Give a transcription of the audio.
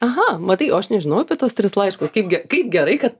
aha matai o aš nežinojau apie tuos tris laiškus kaip ge kai gerai kad